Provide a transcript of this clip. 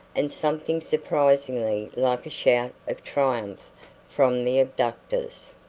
and something surprisingly like a shout of triumph from the abductors.